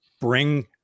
bring